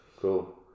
cool